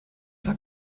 paar